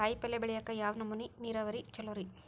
ಕಾಯಿಪಲ್ಯ ಬೆಳಿಯಾಕ ಯಾವ್ ನಮೂನಿ ನೇರಾವರಿ ಛಲೋ ರಿ?